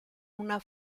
una